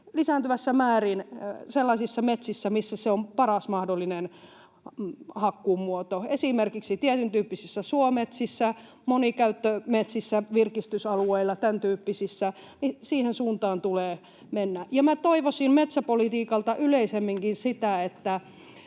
lisääntyvässä määrin sellaisissa metsissä, missä se on paras mahdollinen hakkuun muoto. Esimerkiksi tietyntyyppisissä suometsissä, monikäyttömetsissä, virkistysalueilla ja tämäntyyppisissä siihen suuntaan tulee mennä. Toivoisin metsäpolitiikalta yleisemminkin sitä,